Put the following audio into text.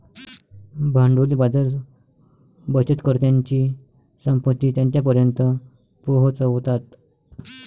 भांडवली बाजार बचतकर्त्यांची संपत्ती त्यांच्यापर्यंत पोहोचवतात